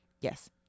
Yes